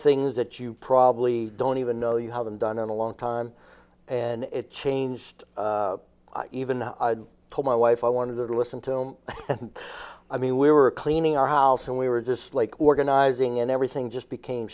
things that you probably don't even know you haven't done in a long time and it changed even told my wife i wanted to listen to i mean we were cleaning our house and we were just like organizing and everything just became